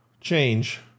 change